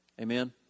Amen